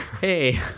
hey